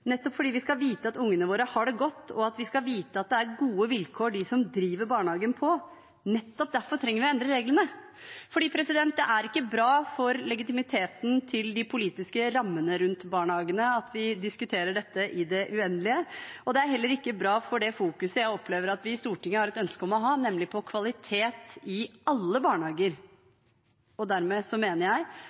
ungene våre det godt, og at de som driver barnehager, har gode vilkår, trenger vi å endre reglene. For det er ikke bra for legitimiteten til de politiske rammene rundt barnehagene at vi diskuterer dette i det uendelige, og det er heller ikke bra for det jeg opplever at vi i Stortinget har et ønske om å fokusere på, nemlig på kvalitet i alle barnehager. Dermed mener jeg